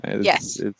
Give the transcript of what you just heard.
Yes